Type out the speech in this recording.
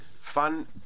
Fun